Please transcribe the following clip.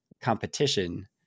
competition